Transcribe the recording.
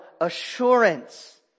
assurance